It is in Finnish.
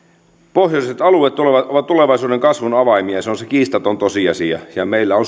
pohjoiset alueet ovat ovat tulevaisuuden kasvun avaimia se on se kiistaton tosiasia meillä on